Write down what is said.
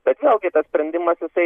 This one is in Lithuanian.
bet vėlgi tas sprendimas jisai